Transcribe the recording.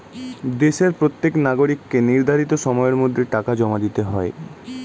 দেশের প্রত্যেক নাগরিককে নির্ধারিত সময়ের মধ্যে টাকা জমা দিতে হয়